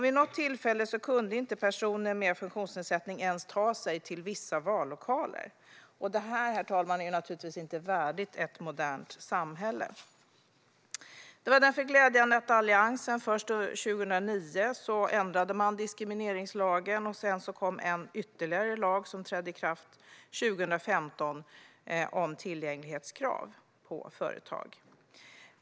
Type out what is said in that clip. Vid något tillfälle kunde inte personer med funktionsnedsättning ens ta sig till vissa vallokaler. Detta, herr talman, är naturligtvis inte värdigt ett modernt samhälle. Det var därför glädjande att Alliansen ändrade diskrimineringslagen 2009. Därefter kom ytterligare en lag, om tillgänglighetskrav på företag, som trädde i kraft 2015.